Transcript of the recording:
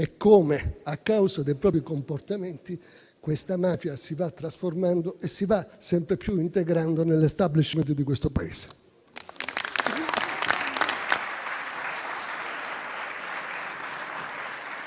come, a causa dei propri comportamenti, questa mafia si va trasformando e si va sempre più integrando nell'*establishment* di questo Paese.